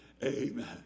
Amen